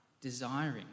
desiring